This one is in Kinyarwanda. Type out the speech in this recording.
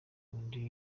undi